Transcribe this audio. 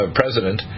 president